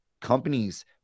companies